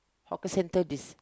hawker centre this